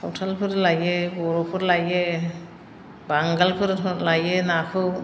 सावथालफोर लायो बर'फोर लायो बांगालफोर लायो नाखौ